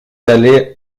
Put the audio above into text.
allez